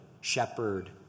shepherd